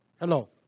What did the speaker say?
Hello